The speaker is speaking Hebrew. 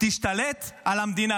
תשתלט על המדינה.